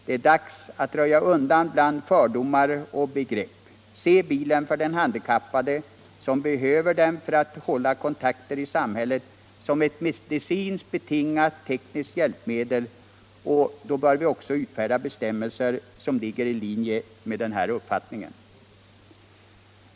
Det är dags att röja undan fördomar och begrepp, se bilen för den handikappade, som behöver den för att hålla kontakter i samhället, såsom ett medicinskt betingat tekniskt hjälpmedel, och då bör vi också utfärda bestämmelser som ligger i linje med denna uppfattning.